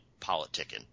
politicking